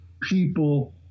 people